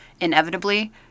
Inevitably